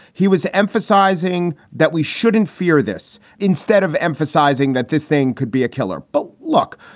he was emphasizing that we shouldn't fear this. instead of emphasizing that this thing could be a killer. but look,